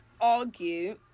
argue